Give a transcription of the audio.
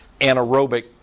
anaerobic